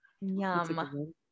Yum